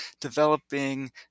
developing